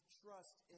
trust